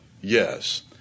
Yes